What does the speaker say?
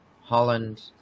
Holland